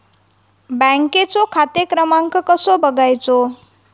बँकेचो खाते क्रमांक कसो बगायचो?